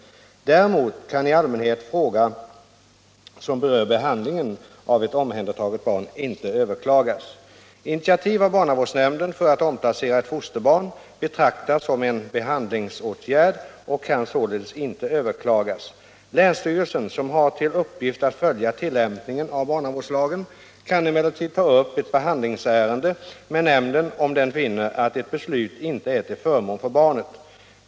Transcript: Däremot kan i allmänhet fråga som rör behandlingen av ett omhändertaget barn inte överklagas. Initiativ av barnavårdsnämnden för att omplacera ett fosterbarn betraktas som en behandlingsåtgärd och kan således inte överklagas. Länsstyrelsen, som har till uppgift att följa tillämpningen av barnavårdslagen, kan emellertid ta upp ett behandlingsärende med nämnden, om den finner att ett beslut inte är till förmån för barnet.